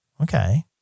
Okay